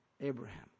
Abraham